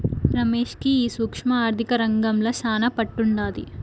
రమేష్ కి ఈ సూక్ష్మ ఆర్థిక రంగంల శానా పట్టుండాది